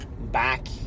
back